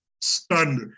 stunned